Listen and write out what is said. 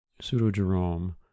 Pseudo-Jerome